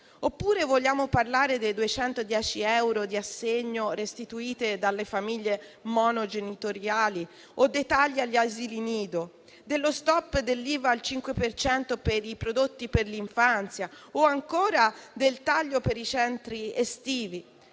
oppure vogliamo parlare dei 210 euro di assegno restituiti dalle famiglie monogenitoriali o dei tagli agli asili nido, dello stop dell'IVA al 5 per cento per i prodotti per l'infanzia o ancora del taglio per i centri estivi?